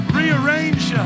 rearrange